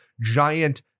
giant